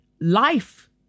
life